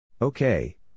okay